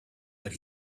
but